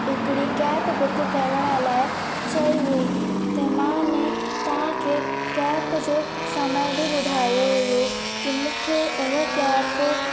हिकड़ी cab book करण लाइ चई हुई ते मां ने तव्हांखे कैब जो समय बि ॿुधायो हुओ की मूंखे उहा कैब